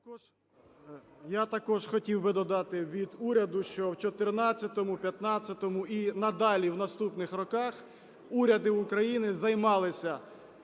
Я також хотів би додати від уряду, що у 14-му, 15-му і надалі, в наступних роках, уряди України займалися